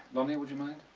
lonnie would you mind?